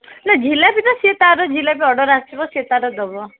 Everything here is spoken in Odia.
ନା ଝିଲାପିଟା ସିଏ ତା'ର ଜିଲାପି ଅର୍ଡ଼ର୍ ଆସିବ ସିଏ ତା'ର ଦେବ